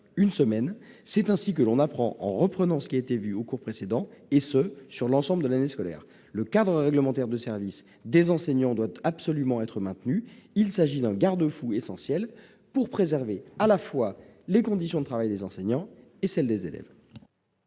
une semaine. C'est ainsi que l'on apprend, en reprenant ce qui a été vu au cours précédent, durant l'ensemble de l'année scolaire. Le cadre réglementaire du service des enseignants doit absolument être maintenu, car il s'agit d'un garde-fou essentiel pour préserver à la fois les conditions de travail des enseignants et celles des élèves.